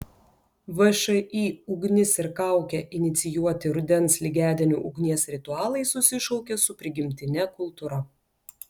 všį ugnis ir kaukė inicijuoti rudens lygiadienių ugnies ritualai susišaukia su prigimtine kultūra